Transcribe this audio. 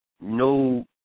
no